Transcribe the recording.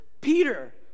peter